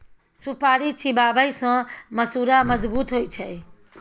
सुपारी चिबाबै सँ मसुरा मजगुत होइ छै